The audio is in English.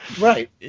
Right